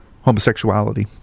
homosexuality